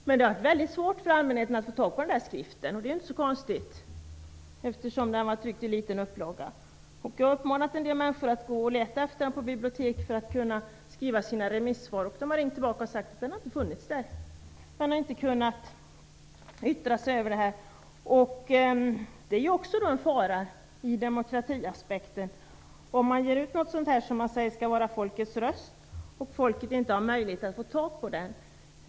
Men det har varit väldigt svårt för allmänheten att få tag på denna skrift, och det är inte så konstigt, eftersom upplagan var så liten. Jag har uppmanat en del människor att gå till bibliotek och leta efter den för att de skall kunna skriva sina remissvar. Men den har inte funnits där. Man har därför inte kunnat yttra sig. Det är också en fara ur demokratiaspekten om man ger ut något som sägs skall vara folkets röst och folket sedan inte har möjlighet att få tag på skriften.